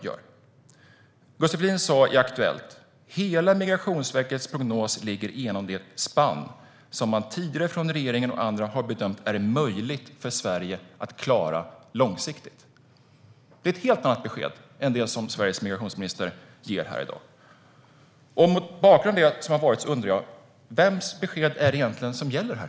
Gustav Fridolin sa i Aktuellt att hela Migrationsverkets prognos ligger inom det spann som man tidigare från regeringen och andra har bedömt är möjligt för Sverige att klara långsiktigt. Det är ett helt annat besked än det som Sveriges migrationsminister ger här i dag. Mot bakgrund av det som har varit undrar jag: Vems besked är det som gäller?